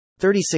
36